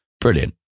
brilliant